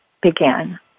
began